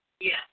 Yes